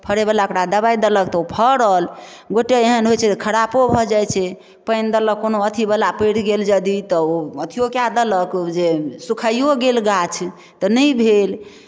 फड़यवला अकरा दबाइ देलक तऽ ओ फड़ल गोटे एहन होइत छै जे खरापो भऽ जाइत छै पानि देलक कोनो अथीवला पड़ि गेल यदि तऽ ओ अथिओ कए देलक जे सुखाइओ गेल गाछ तऽ नहि भेल